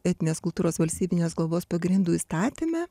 etninės kultūros valstybinės globos pagrindų įstatyme